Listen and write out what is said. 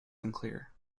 unclear